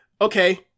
okay